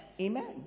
Amen